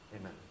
Amen